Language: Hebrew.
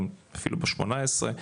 גם אפילו ב-18,